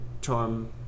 charm